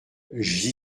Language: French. j’y